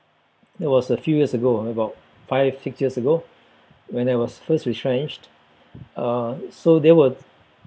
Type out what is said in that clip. that was a few years ago about five six years ago when I was first retrenched uh so there were